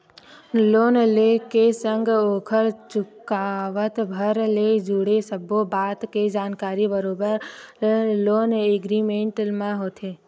loan ले के संग ओखर चुकावत भर ले जुड़े सब्बो बात के जानकारी बरोबर लोन एग्रीमेंट म होथे